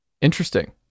Interesting